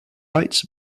rights